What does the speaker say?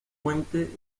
puente